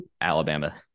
Alabama